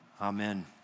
Amen